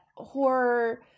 horror